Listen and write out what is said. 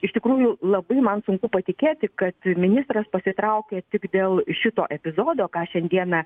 iš tikrųjų labai man sunku patikėti kad ministras pasitraukė tik dėl šito epizodo ką šiandieną